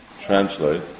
translate